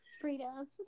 Freedom